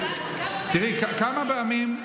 כמה פעמים,